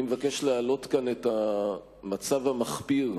אני מבקש להעלות כאן את המצב המחפיר,